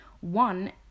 one